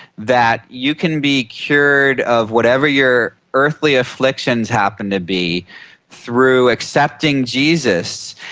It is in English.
that you can be cured of whatever your earthly afflictions happen to be through accepting jesus,